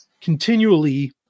continually